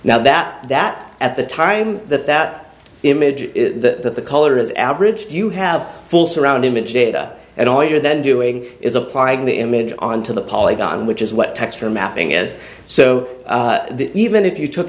now that that at the time that that image that the color is average you have full surround image data and all you are then doing is applying the image on to the polygon which is what texture mapping is so even if you took